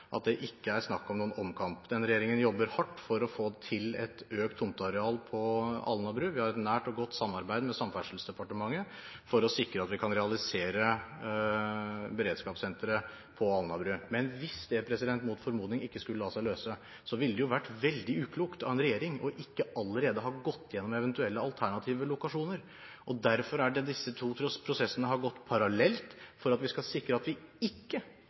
at det ikke er snakk om noen omkamp. Denne regjeringen jobber hardt for å få til et økt tomteareal på Alnabru. Vi har et nært og godt samarbeid med Samferdselsdepartementet for å sikre at vi kan realisere beredskapssenteret på Alnabru. Men hvis det mot formodning ikke skulle la seg løse, ville det jo vært veldig uklokt av en regjering ikke allerede å ha gått gjennom eventuelle alternative lokasjoner. Derfor er det disse to prosessene har gått parallelt: for at vi skal sikre at vi ikke